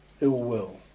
ill-will